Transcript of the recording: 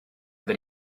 that